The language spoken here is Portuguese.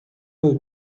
meu